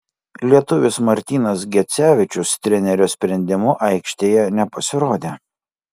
lietuvis martynas gecevičius trenerio sprendimu aikštėje nepasirodė